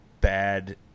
bad